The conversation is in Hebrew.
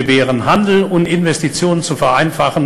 על כך יש להוסיף,